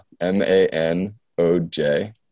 M-A-N-O-J